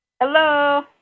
hello